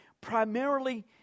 primarily